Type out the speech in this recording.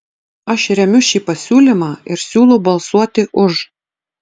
aš remiu šį pasiūlymą ir siūlau balsuoti už